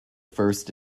first